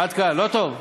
עד כאן לא טוב?